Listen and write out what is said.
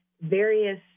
various